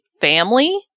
family